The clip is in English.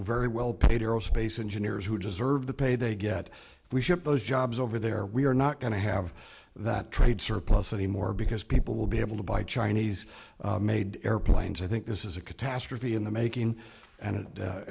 very well paid aerospace engineers who deserve the pay they get if we ship those jobs over there we are not going to have that trade surplus anymore because people will be able to buy chinese made airplanes i think this is a catastrophe in the making and